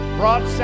brought